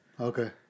Okay